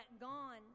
gone